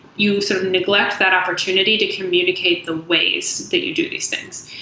you sort of neglect that opportunity to communicate the ways that you do these things.